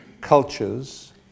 cultures